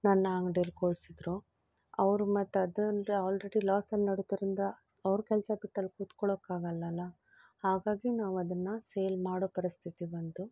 ನನ್ನ ಅಂಗ್ಡಿಯಲ್ಲಿ ಕೂರಿಸಿದ್ದರು ಅವರು ಮತ್ತು ಅದನ್ನು ಆಲ್ರೆಡಿ ಲಾಸನ್ನು ನಡೆದದ್ದರಿಂದ ಅವ್ರು ಕೆಲಸ ಬಿಟ್ಟಲ್ಲಿ ಕೂತ್ಕೊಳ್ಳೋಕ್ಕಾಗೋಲ್ಲಲ್ಲ ಹಾಗಾಗಿ ನಾವದನ್ನು ಸೇಲ್ ಮಾಡೋ ಪರಿಸ್ಥಿತಿ ಬಂತು